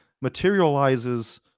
materializes